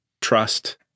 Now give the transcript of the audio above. trust